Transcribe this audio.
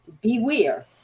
beware